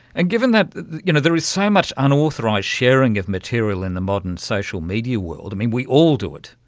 and given that you know there is so much unauthorised sharing of material in the modern social media world, i mean, we all do it,